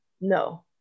No